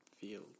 feel